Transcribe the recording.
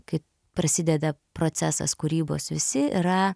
kai prasideda procesas kūrybos visi yra